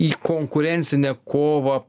į konkurencinę kovą